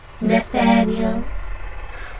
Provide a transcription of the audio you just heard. Nathaniel